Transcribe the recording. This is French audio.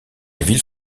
ville